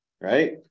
right